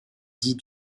dits